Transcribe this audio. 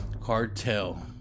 Cartel